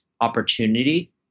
opportunity